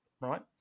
right